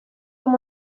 com